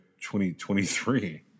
2023